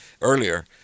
earlier